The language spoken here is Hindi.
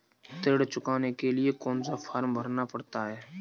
ऋण चुकाने के लिए कौन सा फॉर्म भरना पड़ता है?